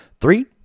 Three